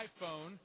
iPhone